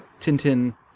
Tintin